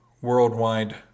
worldwide